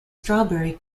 strawberry